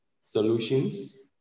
solutions